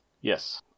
Yes